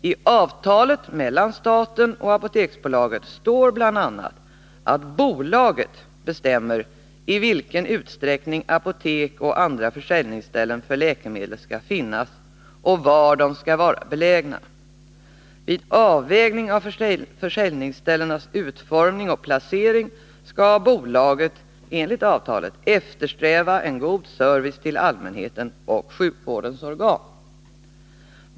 I avtalet mellan staten och Apoteksbolaget står bl.a. att bolaget bestämmer i vilken utsträckning apotek och andra försäljningsställen för läkemedel skall finnas och var de skall vara belägna. Vid avvägning av försäljningsställenas utformning och placering skall bolaget, enligt avtalet, eftersträva en god service till allmänheten och sjukvårdens organ.